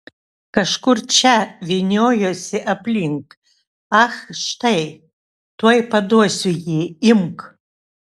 kažkur čia vyniojosi aplink ach štai tuoj paduosiu jį imk